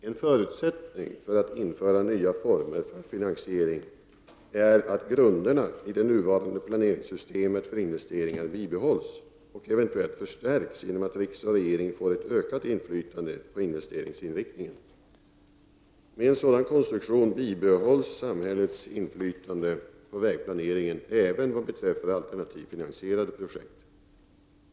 En förutsättning för att införa nya former för finansiering är att grunderna i det nuvarande planeringssystemet för investeringar bibehålls och eventuellt förstärks genom att riksdag och regering får ett ökat inflytande på investeringsinriktningen. Med en sådan konstruktion bibehålls samhällets inflytande på vägplaneringen även vad beträffar alternativfinansierade projekt.